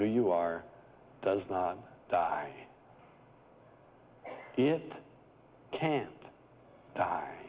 who you are does not die it can't die